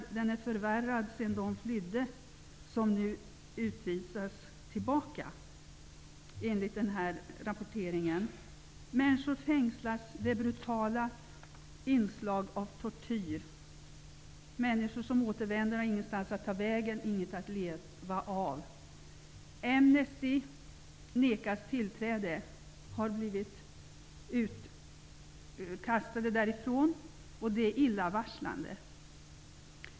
Situationen har förvärrats sedan de som nu utvisas flydde. Människor fängslas. Det är brutala inslag av tortyr. Människor som återvänder har ingenstans att ta vägen och inget att leva av. Amnesty har blivit utkastat. Det är illavarslande.